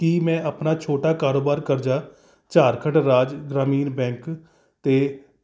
ਕੀ ਮੈਂ ਆਪਣਾ ਛੋਟਾ ਕਾਰੋਬਾਰ ਕਰਜ਼ਾ ਝਾਰਖੰਡ ਰਾਜ ਗ੍ਰਾਮੀਣ ਬੈਂਕ ਅਤੇ